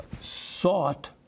sought